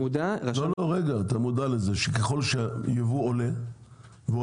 לא רגע אתה מודע לזה שככל שיבוא עולה והוא